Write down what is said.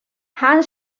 han